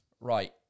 Right